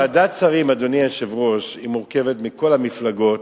ועדת שרים, אדוני היושב-ראש, מורכבת מכל המפלגות.